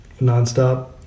nonstop